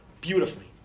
beautifully